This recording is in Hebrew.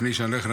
לפני שאני אלך,